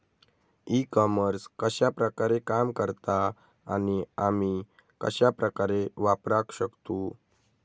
E commerce कश्या प्रकारे काम करता आणि आमी कश्या प्रकारे वापराक शकतू?